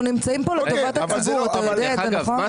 אנחנו נמצאים פה לטובת --- דרך אגב,